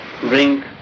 bring